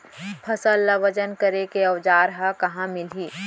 फसल ला वजन करे के औज़ार हा कहाँ मिलही?